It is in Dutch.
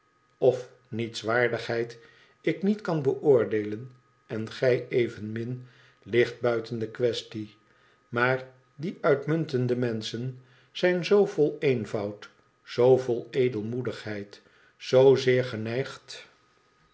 of nietswaardigheid ik niet kan beoordeelen en gij evenmin ligt buiten de quaestie maar die uitmuntende menschen zijn zoo vol eenvoud zoo vol edelmoedigheid zoozeer geneigd